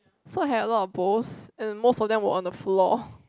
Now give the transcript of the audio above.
so I had a lot of bowls and most of them were on the floor